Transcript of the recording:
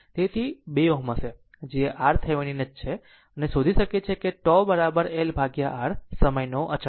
તેથી તે 2 Ω હશે જે RThevenin જ છે અને શોધી શકે છે τ LR સમયનો અચળાંક